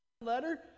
letter